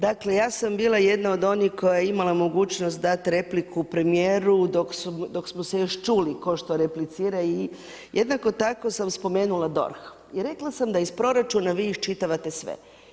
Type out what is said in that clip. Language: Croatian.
Dakle, ja sam bila jedna od onih koja je imala mogućnost dat repliku premijeru dok smo se još čuli tko što replicira i jednako tako sam spomenula DORH i rekla sam da iz proračuna vi iščitavate sve.